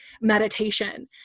meditation